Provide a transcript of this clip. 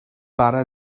bara